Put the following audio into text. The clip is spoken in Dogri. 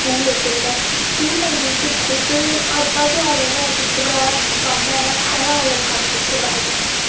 स्कूल लेते नै स्कूल टाईम अज्ज कल ते आनलाईन सिस्टम ऐ कम्म ऐं पैह्लैं ऑनलाईन कम्म कुत्थें होंदा हा इन्ना